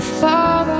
far